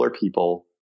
people